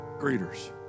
greeters